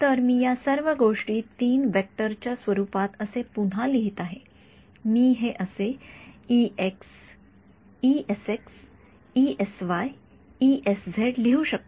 तर मी या सर्व गोष्टी ३ वेक्टर च्या स्वरूपात असे पुन्हा लिहीत आहे मी हे असे लिहू शकतो